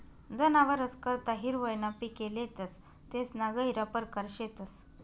जनावरस करता हिरवय ना पिके लेतस तेसना गहिरा परकार शेतस